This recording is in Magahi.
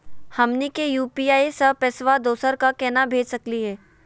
हमनी के यू.पी.आई स पैसवा दोसरा क केना भेज सकली हे?